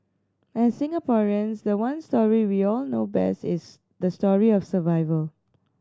as Singaporeans the one story we all know best is the story of survival